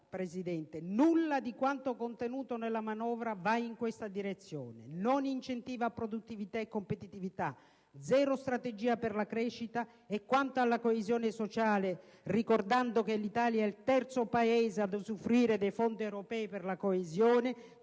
Presidente, nulla di quanto contenuto nella manovra va in questa direzione: non incentivi a produttività e competitività, zero strategia per la crescita e quanto alla coesione sociale, ricordando che l'Italia è il terzo Paese ad usufruire dei fondi europei per la coesione,